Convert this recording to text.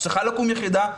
צריכה לקום יחידה,